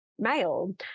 male